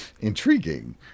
intriguing